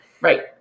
Right